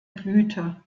blüte